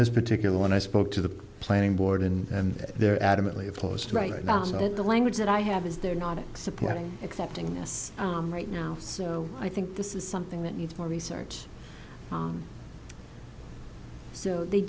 this particular one i spoke to the planning board and they're adamantly opposed right down to the language that i have is they're not supporting accepting this right now so i think this is something that needs more research so they